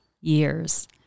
years